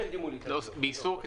אני